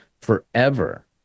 forever